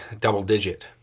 double-digit